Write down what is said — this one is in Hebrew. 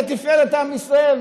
לתפארת עם ישראל,